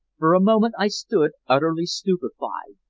for a moment i stood utterly stupefied,